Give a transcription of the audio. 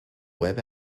web